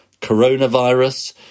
coronavirus